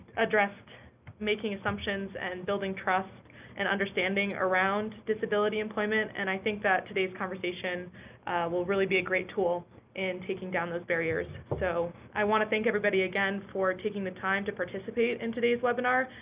addressed making assumptions and building trust and understanding around disability employment and i think that today's conversation will really be a great tool in taking down those barriers. so i wanna thank everybody again for taking the time to participate and today's webinar,